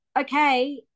okay